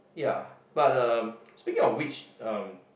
ya but uh speaking of which uh